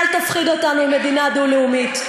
אל תפחיד אותם עם מדינה דו-לאומית.